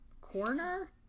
Corner